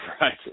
right